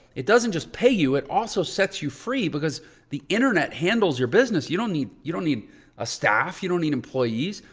it doesn't just pay you. it also sets you free because the internet handles your business. you don't need, you don't need a staff. you don't need employees.